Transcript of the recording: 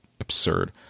absurd